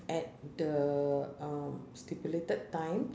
at the um stipulated time